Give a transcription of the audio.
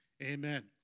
Amen